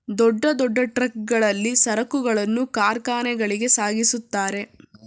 ದೊಡ್ಡ ದೊಡ್ಡ ಟ್ರಕ್ ಗಳಲ್ಲಿ ಸರಕುಗಳನ್ನು ಕಾರ್ಖಾನೆಗಳಿಗೆ ಸಾಗಿಸುತ್ತಾರೆ